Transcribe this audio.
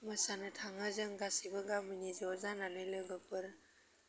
मोसानो थाङो जों गासैबो गामिनि ज' जानानै लोगोफोर